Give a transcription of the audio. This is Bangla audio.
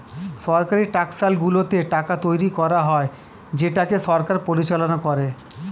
সরকারি টাকশালগুলোতে টাকা তৈরী করা হয় যেটাকে সরকার পরিচালনা করে